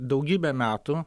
daugybę metų